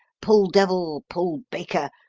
pull-devil, pull-baker,